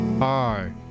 Hi